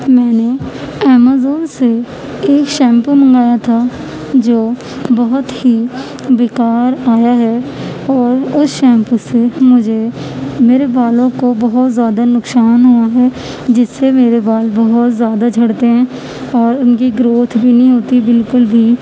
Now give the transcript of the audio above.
میں نے امازون سے ایک شیمپو منگایا تھا جو بہت ہی بیکار آیا ہے اور اس شیمپو سے مجھے میرے بالوں کو بہت زیادہ نقصان ہوا ہے جس سے میرے بال بہت زیادہ جھڑتے ہیں اور ان کی گروتھ بھی نہیں ہوتی بالکل بھی